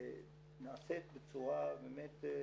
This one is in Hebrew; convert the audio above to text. נעשית בצורה באמת מקצועית.